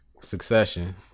Succession